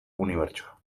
unibertsoa